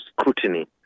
scrutiny